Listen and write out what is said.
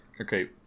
Okay